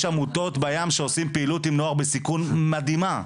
יש עמותות בים שעושים פעילות עם נוער בסיכון מדהימה.